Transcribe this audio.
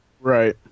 Right